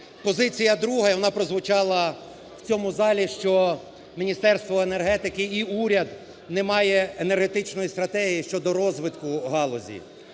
Позиція друга і вона прозвучала в цьому залі, що Міністерство енергетики і уряд не мають енергетичної стратегії щодо розвитку галузі.